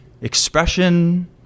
expression